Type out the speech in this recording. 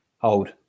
Hold